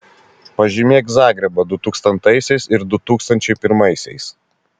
pažymėk zagrebą du tūkstantaisiais ir du tūkstančiai pirmaisiais